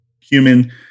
human